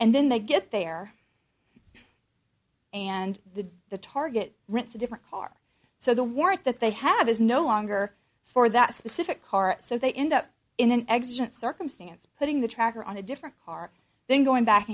and then they get there and the the target rents a different car so the warrant that they have is no longer for that specific car so they end up in an accident circumstance putting the tracker on a different car then going back